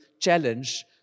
challenge